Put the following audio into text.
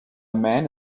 man